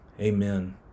Amen